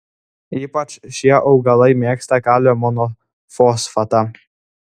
ypač šie augalai mėgsta kalio monofosfatą